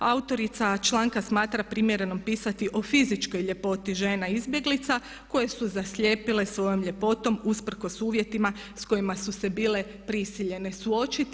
Autorica članka smatra primjereno pisati o fizičkoj ljepoti žena izbjeglica koje su zaslijepile svojom ljepotom usprkos uvjetima s kojima su se bile prisiljene suočiti.